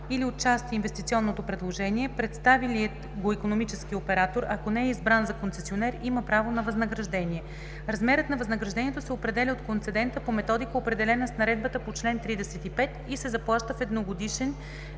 или отчасти инвестиционното предложение, представилият го икономически оператор, ако не е избран за концесионер, има право на възнаграждение. Размерът на възнаграждението се определя от концедента по методика, определена с наредбата по чл. 35, и се заплаща в едногодишен